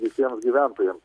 visiems gyventojams